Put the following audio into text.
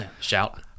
Shout